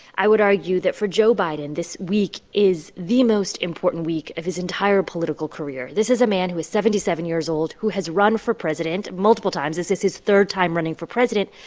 i would argue that, for joe biden, this week is the most important week of his entire political career. this is a man who is seventy seven years old, who has run for president multiple times. this is his third time running for president.